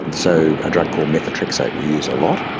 and so a drug called methotrexate we use a lot.